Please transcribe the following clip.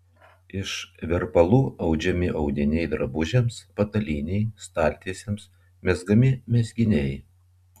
iš verpalų audžiami audiniai drabužiams patalynei staltiesėms mezgami mezginiai